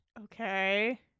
Okay